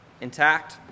intact